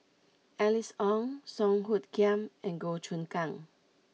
Alice Ong Song Hoot Kiam and Goh Choon Kang